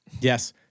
yes